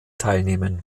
teilnehmen